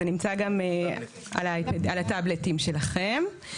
זה נמצא גם על הטאבלטים שלכם.